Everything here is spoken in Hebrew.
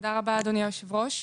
תודה רבה, אדוני היושב ראש.